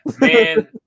Man